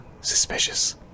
Suspicious